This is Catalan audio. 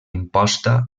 imposta